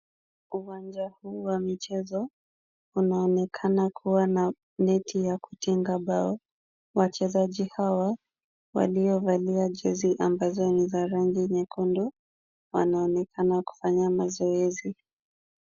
Uwanja huu wa michezo unaonekana kuwa na neti ya kutenga bao. Wachezaji hawa waliovalia jezi ambazo ni za rangi nyekundu, wanaonekana kufanya mazoezi.